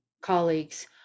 colleagues